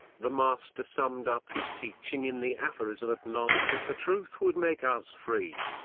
the master summed up his teaching in the aphorism that knowledge of the truth would make us free.